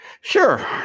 Sure